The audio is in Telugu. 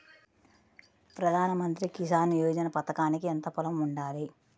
ప్రధాన మంత్రి కిసాన్ యోజన పథకానికి ఎంత పొలం ఉండాలి?